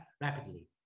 rapidly